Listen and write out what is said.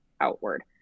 outward